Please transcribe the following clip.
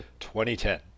2010